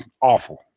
awful